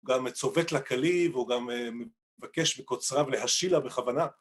גם מצוות לכליב, או גם מבקש בקוצריו להשילה בכוונה.